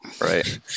Right